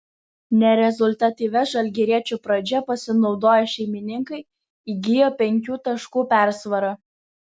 nerezultatyvia žalgiriečių pradžia pasinaudoję šeimininkai įgijo penkių taškų persvarą